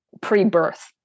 pre-birth